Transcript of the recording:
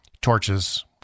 torches